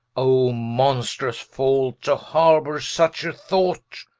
oh monstrous fault, to harbour such a thought.